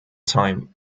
time